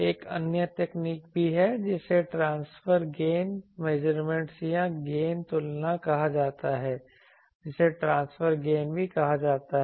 एक अन्य तकनीक भी है जिसे ट्रांसफर गेन मेजरमेंट या गेन तुलना कहा जाता है जिसे ट्रांसफर गेन भी कहा जाता है